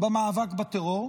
במאבק בטרור,